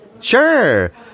Sure